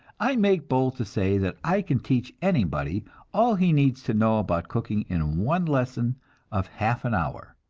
i make bold to say that i can teach anybody all he needs to know about cooking in one lesson of half an hour,